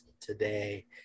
today